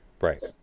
right